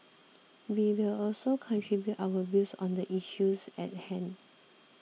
we will also contribute our views on the issues at hand